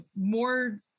more